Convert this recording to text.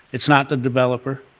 it's not the developer,